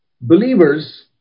believers